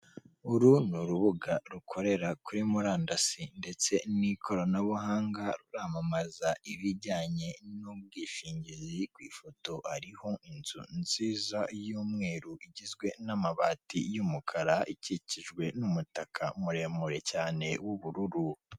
Uru ni urubuga rukorera kuri murandasi ndetse n'ikoranabuhanga ruramamaza ibijyanye n'ubwishingizi, ku ifoto hariho inzu nziza y'umweru igizwe n'amabati y'umukara, ikikijwe n'umutaka muremure cyane w'ubururu.